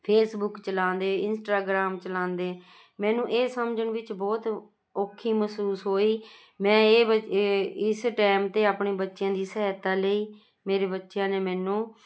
Facebook ਚਲਾਉਂਦੇ Instagram ਚਲਾਉਂਦੇ ਮੈਨੂੰ ਇਹ ਸਮਝਣ ਵਿੱਚ ਬਹੁਤ ਔਖੀ ਮਹਿਸੂਸ ਹੋਈ ਮੈਂ ਇਹ ਵ ਇਸ ਟਾਈਮ 'ਤੇ ਆਪਣੇ ਬੱਚਿਆਂ ਦੀ ਸਹਾਇਤਾ ਲਈ ਮੇਰੇ ਬੱਚਿਆਂ ਨੇ ਮੈਨੂੰ